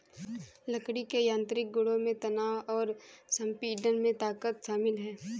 लकड़ी के यांत्रिक गुणों में तनाव और संपीड़न में ताकत शामिल है